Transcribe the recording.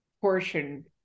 portion